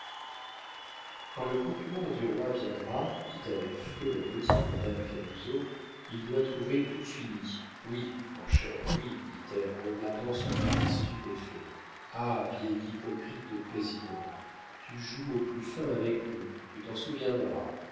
quand le procureur du roi viendra dit avec feu la petite madame camusot il doit trouver tout fini oui mon cher oui dit-elle en regardant son mari stupéfait ah vieil hypocrite de président tu joues au plus fin avec nous tu t'en souviendras